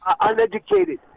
uneducated